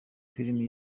filime